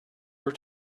are